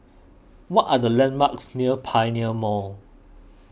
what are the landmarks near Pioneer Mall